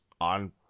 on